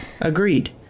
Agreed